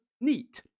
neat